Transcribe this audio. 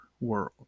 world